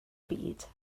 byd